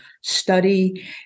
study